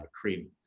cream